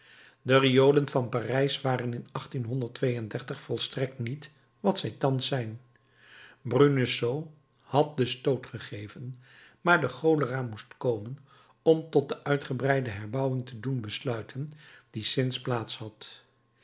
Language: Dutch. de riolen van parijs waren in volstrekt niet wat zij thans zijn bruneseau had den stoot gegeven maar de cholera moest komen om tot de uitgebreide herbouwing te doen besluiten die sinds plaats had